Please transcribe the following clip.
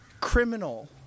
criminal